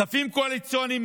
כספים קואליציוניים,